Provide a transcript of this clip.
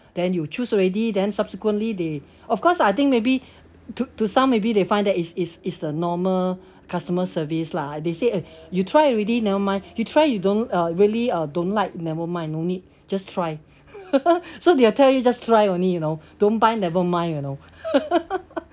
then you choose already then subsequently they of course I think maybe to to some maybe they find that it's it's it's the normal customer service lah they say eh you try already never mind you try you don't uh really uh don't like never mind no need just try so they'll tell you just try only you know don't buy never mind you know